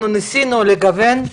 אנחנו ניסינו לגוון,